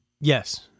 Yes